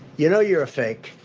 you know you're a fake?